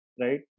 right